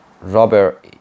Rubber